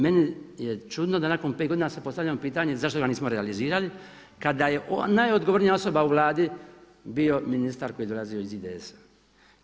Meni je čudno da nakon 5 godine se postavljamo pitanje zašto ga nismo realizirali kada je najodgovornija u Vladi bio ministar koji je dolazio iz IDS-a.